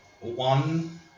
one